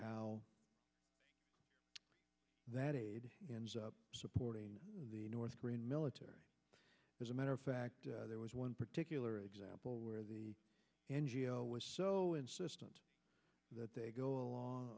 how that aid ends up supporting the north korean military as a matter of fact there was one particular example where the was so insistent that they go along